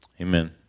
Amen